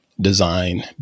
Design